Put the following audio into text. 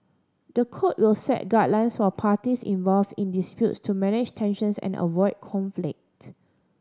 the code will set guidelines for parties involved in disputes to manage tensions and avoid conflict